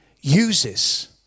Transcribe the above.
uses